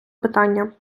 питання